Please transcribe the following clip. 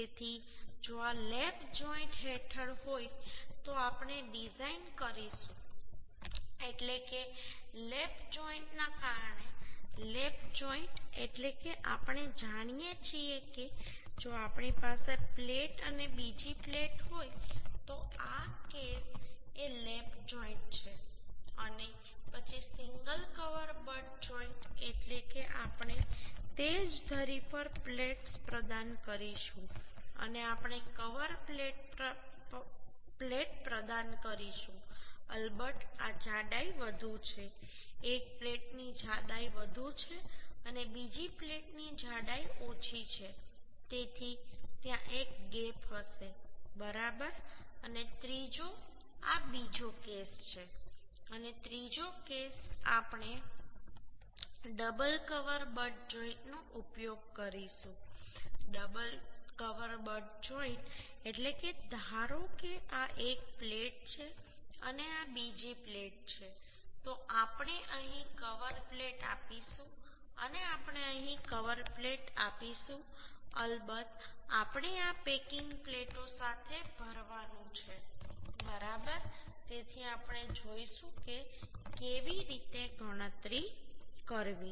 તેથી જો આ લેપ જોઇન્ટ હેઠળ હોય તો આપણે ડિઝાઇન કરીશું એટલે કે લેપ જોઇન્ટ ના કારણે લેપ જોઇન્ટ એટલે કે આપણે જાણીએ છીએ કે જો આપણી પાસે પ્લેટ અને બીજી પ્લેટ હોય તો આ કેસ એ લેપ જોઇન્ટ છે અને પછી સિંગલ કવર બટ જોઇન્ટ એટલે કે આપણે તે જ ધરી પર પ્લેટ્સ પ્રદાન કરીશું અને આપણે કવર પ્લેટ પ્રદાન કરીશું અલબત્ત આ જાડાઈ વધુ છે એક પ્લેટની જાડાઈ વધુ છે અને બીજી પ્લેટની જાડાઈ ઓછી છે તેથી ત્યાં એક ગેપ હશે બરાબર અને ત્રીજો આ બીજો કેસ છે અને ત્રીજો કેસ આપણે ડબલ કવર બટ જોઈન્ટનો ઉપયોગ કરીશું ડબલ કવર બટ જોઈન્ટ એટલે કે ધારો કે આ એક પ્લેટ છે અને આ બીજી પ્લેટ છે તો આપણે અહીં કવર પ્લેટ આપીશું અને આપણે અહીં કવર પ્લેટ આપીશું અલબત્ત આપણે આ પેકિંગ પ્લેટો સાથે ભરવાનું છે બરાબર તેથી આપણે જોઈશું કે કેવી રીતે ગણતરી કરવી